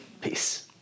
peace